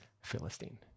Philistine